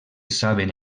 saben